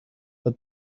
but